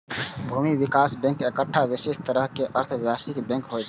भूमि विकास बैंक एकटा विशिष्ट तरहक अर्ध व्यावसायिक बैंक होइ छै